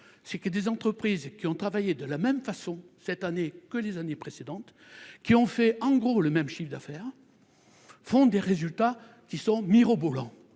c'est que des entreprises qui ont travaillé de la même façon cette année que les années précédentes, qui ont fait en gros le même chiffre d'affaires font des résultats qui sont mirobolants,